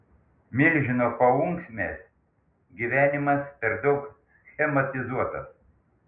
milžino paunksmės gyvenimas per daug schematizuotas